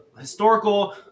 historical